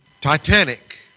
Titanic